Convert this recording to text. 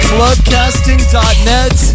Clubcasting.net